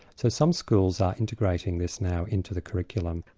so some schools are integrating this now into the curriculum.